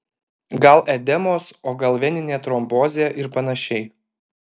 gal edemos o gal veninė trombozė ir panašiai